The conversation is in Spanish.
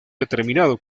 determinado